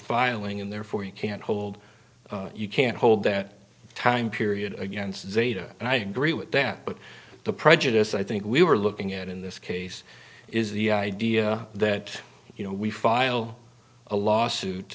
filing and therefore you can't hold you can't hold that time period against zeta and i agree with that but the prejudice i think we were looking at in this case is the idea that you know we file a lawsuit